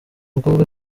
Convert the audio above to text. mukobwa